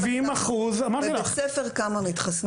בבית ספר כמה מתחסנים?